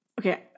Okay